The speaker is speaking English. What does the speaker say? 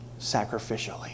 sacrificially